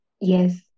yes